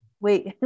wait